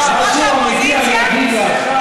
אדוני היושב-ראש,